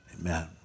amen